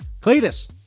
Cletus